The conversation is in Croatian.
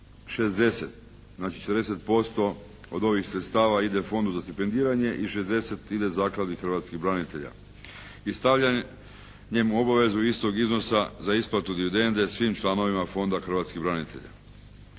40:60. Znači 40% od ovih sredstava ide Fondu za stipendiranje i 60 ide Zakladi hrvatskih branitelja. I stavljanjem u obavezu istog iznosa za isplatu dividende svim članovima Fonda hrvatskih branitelja.